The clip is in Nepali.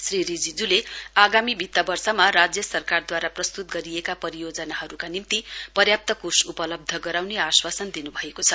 श्री रिजिज्ले आगामी वित्त वर्षमा राज्य सरकारद्वारा प्रस्त्त गरिएका परियोजनाहरूका निम्ति पर्याप्त कोष उपलब्ध गराउने आश्वासन दिन् भएको छ